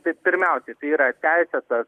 tai pirmiausiai tai yra teisėtas